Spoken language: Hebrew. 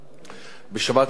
בשבת האחרונה היינו,